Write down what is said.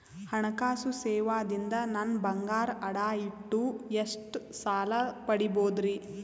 ಹಣಕಾಸು ಸೇವಾ ದಿಂದ ನನ್ ಬಂಗಾರ ಅಡಾ ಇಟ್ಟು ಎಷ್ಟ ಸಾಲ ಪಡಿಬೋದರಿ?